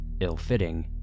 ill-fitting